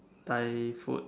Thai food